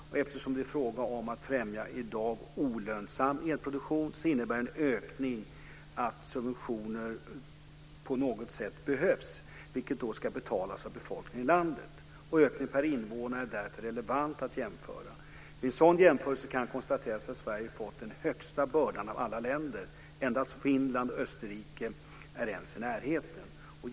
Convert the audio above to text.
Eftersom det är fråga om att främja i dag olönsam elproduktion innebär en ökning att någon typ av subventioner behövs, vilket ska betalas av befolkningen i landet. Ökningen per invånare är därför relevant att jämföra med. Vid en sådan jämförelse kan konstateras att Sverige fått den största bördan av alla länder. Endast Finland och Österrike är ens i närheten.